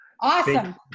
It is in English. awesome